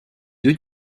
deux